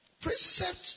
Precept